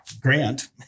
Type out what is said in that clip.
Grant